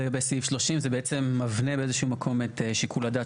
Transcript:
בסעיף 30 זה בעצם מבנה באיזה שהוא מקום את שיקול הדעת